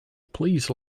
please